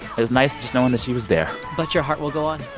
it was nice just knowing that she was there but your heart will go on.